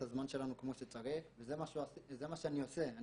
הזמן שלנו כמו שצריך וזה מה שאני עושה.